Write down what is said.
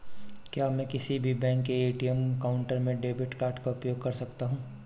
क्या मैं किसी भी बैंक के ए.टी.एम काउंटर में डेबिट कार्ड का उपयोग कर सकता हूं?